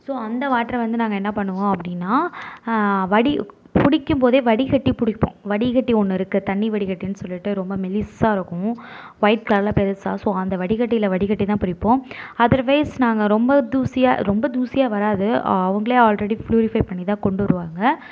so அந்த வாட்டரை வந்து நாங்கள் என்ன பண்ணுவோம் அப்படின்னா வடி பிடிக்கும்போதே வடிகட்டி பிடிப்போம் வடிகட்டி ஒன்று இருக்குது தண்ணி வடிகட்டின்னு சொல்லிட்டு ரொம்ப மெலிசாக இருக்கும் ஒயிட் கலரில் பெருசாக ஸோ அந்த வடிகட்டியில் வடிகட்டி தான் பிடிப்போம் அதர்வைஸ் நாங்கள் ரொம்ப தூசியாக ரொம்ப தூசியாக வராது அவங்ளே ஆல்ரெடி ஃப்லூரிஃபை பண்ணி தான் கொண்டு வருவாங்க